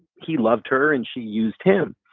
he loved her and she used him.